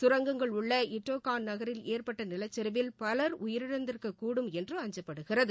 சுரங்கங்கள் உள்ள இட்டோகன் நகில் ஏற்பட்ட நிலச்சிவில் பலர் உயிரிழந்திருக்கக் கூடும் என்று அஞ்சப்படுகிறது